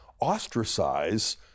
ostracize